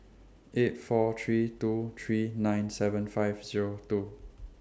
eight four three two three nine seven five Zero two